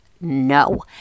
No